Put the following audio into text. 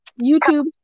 YouTube